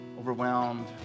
overwhelmed